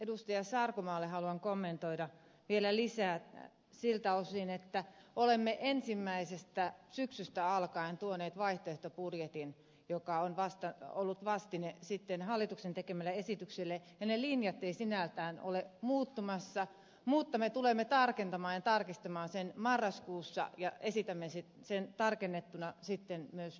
sarkomaalle haluan kommentoida vielä lisää siltä osin että olemme ensimmäisestä syksystä alkaen tuoneet vaihtoehtobudjetin joka on ollut vastine hallituksen tekemälle esitykselle ja ne linjat eivät sinällään ole muuttumassa mutta me tulemme tarkentamaan ja tarkistamaan sen marraskuussa ja esitämme sen tarkennettuna sitten myös ed